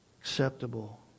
acceptable